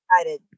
excited